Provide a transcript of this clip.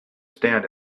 stand